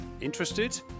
Interested